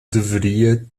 deveria